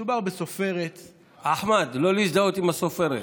מדובר בסופרת, אחמד, לא להזדהות עם הסופרת.